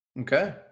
Okay